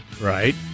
Right